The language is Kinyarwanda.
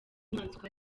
inyamaswa